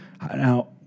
now